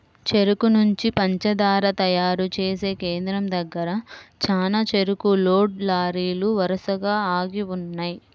చెరుకు నుంచి పంచదార తయారు చేసే కేంద్రం దగ్గర చానా చెరుకు లోడ్ లారీలు వరసగా ఆగి ఉన్నయ్యి